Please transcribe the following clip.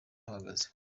bahagaze